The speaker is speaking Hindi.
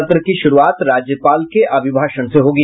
सत्र की शुरुआत राज्यपाल के अभिभाषण से होगी